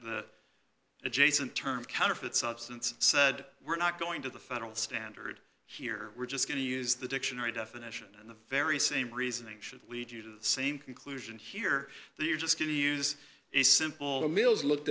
the adjacent term counterfeit substance said we're not going to the federal standard here we're just going to use the dictionary definition and the very same reasoning should lead you to the same conclusion here that you're just going to use a simple meals look